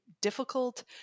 difficult